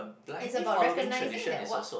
is about recognizing that what